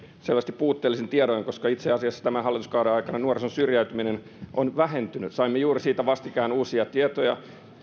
selvästi puutteellisin tiedoin koska itse asiassa tämän hallituskauden aikana nuorison syrjäytyminen on vähentynyt saimme siitä juuri vastikään uusia tietoja